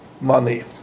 money